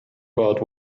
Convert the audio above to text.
about